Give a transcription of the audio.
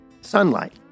sunlight